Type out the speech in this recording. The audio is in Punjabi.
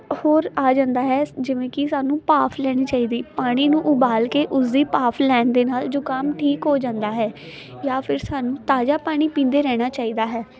ਹੋਰ ਆ ਜਾਂਦਾ ਹੈ ਜਿਵੇਂ ਕੀ ਸਾਨੂੰ ਭਾਫ਼ ਲੈਣੀ ਚਾਹੀਦੀ ਪਾਣੀ ਨੂੰ ਉਬਾਲ ਕੇ ਉਸਦੀ ਭਾਫ਼ ਲੈਣ ਦੇ ਨਾਲ ਜੁਕਾਮ ਠੀਕ ਹੋ ਜਾਂਦਾ ਹੈ ਜਾਂ ਫੇਰ ਸਾਨੂੰ ਤਾਜਾ ਪਾਣੀ ਪੀਂਦੇ ਰਹਿਣਾ ਚਾਈਦਾ ਹੈ